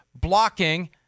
blocking